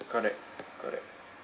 correct correct